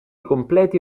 completi